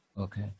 Okay